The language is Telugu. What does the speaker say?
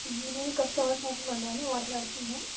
జ్యువెలరీ కస్టమర్ షాప్ నుంచి అండి మాట్లాడుతున్నాను